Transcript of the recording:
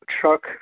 truck